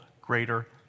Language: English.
greater